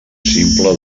simple